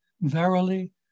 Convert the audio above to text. Verily